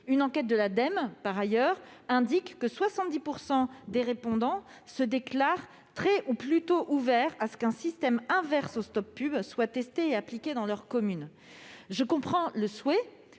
une enquête de l'Ademe indique que 70 % des répondants se déclarent « très » ou « plutôt ouverts » à ce qu'un système inverse au Stop Pub soit testé et appliqué dans leur commune. Je comprends le souhait